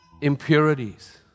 impurities